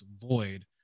void